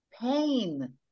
pain